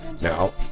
Now